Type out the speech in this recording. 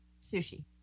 Sushi